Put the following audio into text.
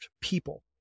people